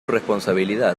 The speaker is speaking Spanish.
responsabilidad